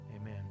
Amen